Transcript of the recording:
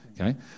Okay